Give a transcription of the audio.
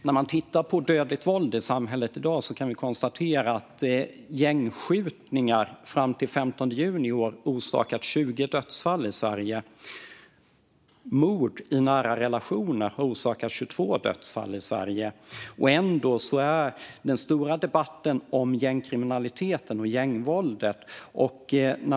När vi tittar på dödligt våld i samhället i dag kan vi konstatera att gängskjutningar fram till den 15 juni i år har orsakat 20 dödsfall i Sverige. Mord i nära relationer har orsakat 22 dödsfall i Sverige. Ändå hålls den stora debatten om gängkriminaliteten och gängvåldet.